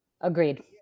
Agreed